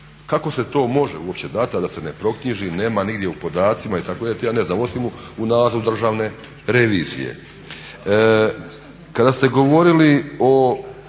Kako se to može uopće dati a da se ne proknjiži nema nigdje u podacima itd. …/Govornik se ne razumije./… osim u nalazu državne revizije. Kada ste govorili o